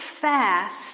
fast